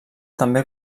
també